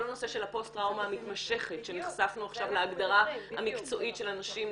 כל נושא הפוסט טראומה המתמשכת שנחשפנו עכשיו להגדרה המקצועית של הנשים,